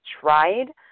tried